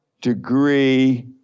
degree